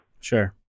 Sure